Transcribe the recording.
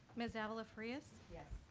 ms. ah avila farias? yes.